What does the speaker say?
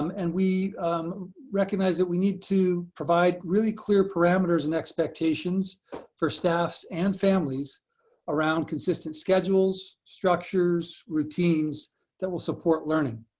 um and we recognize that we need to provide really clear parameters and expectations for staffs and families around consistent schedules, structures, routines that will support learning